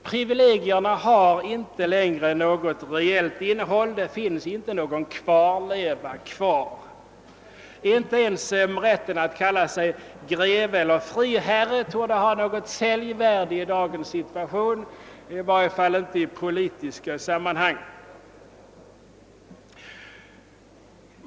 Privilegierna har nämligen inte längre något reellt innehåll. Det finns inte kvar någon kvarleva. Inte ens rätten att kalla sig greve eller friherre torde ha något särvärde i dagens situation, i varje fall inte i politiska sammanhang.